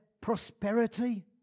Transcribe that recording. prosperity